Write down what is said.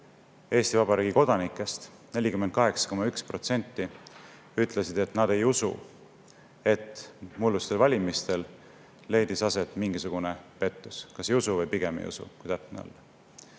Eesti Vabariigi kodanikest, täpsemalt 48,1% ütles, et nad ei usu, et mullustel valimistel leidis aset mingisugune pettus – nad kas ei usu või pigem ei usu, kui täpne